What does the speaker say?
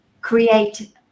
create